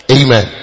Amen